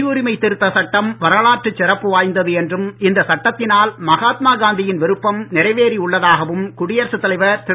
குடியுரிமை திருத்தச் சட்டம் வரலாற்று சிறப்பு வாய்ந்தது என்றும் இந்த சட்டத்தினால் மகாத்மா காந்தியின் விருப்பம் நிறைவேறி உள்ளதாகவும் குடியரசுத் தலைவர் திரு